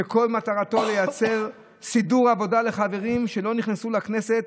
"שכל מטרתו לייצר סידור עבודה לחברים שלא נכנסו לכנסת